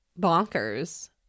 bonkers